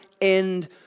end